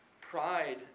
pride